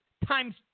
Times